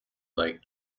like